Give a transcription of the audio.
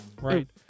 Right